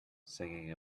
singing